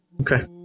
Okay